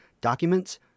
documents